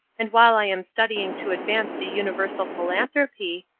and while i am studying to advance the universal philanthropy,